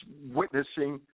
witnessing